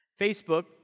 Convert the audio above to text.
Facebook